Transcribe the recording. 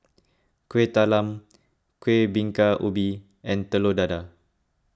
Kueh Talam Kuih Bingka Ubi and Telur Dadah